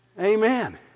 Amen